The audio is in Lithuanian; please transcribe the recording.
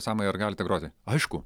samai ar galite groti aišku